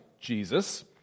Jesus